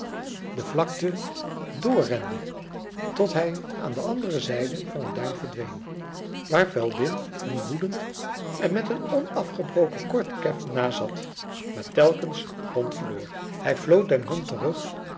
de vlakte drrende tot hij aan de andere zijde van een duin verdween waar veldin hem woedend en met een onafgebroken kort keffen nazat maar telkens grond verloor hij floot den hond terug